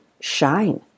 shine